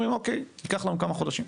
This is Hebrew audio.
הם אומרים שבסדר, ייקח להם כמה חודשים.